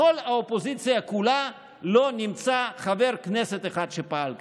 בכל האופוזיציה כולה לא נמצא חבר כנסת אחד שפעל ככה.